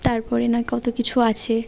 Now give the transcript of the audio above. তার পরে নয় কত কিছু আছে